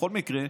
בכל מקרה,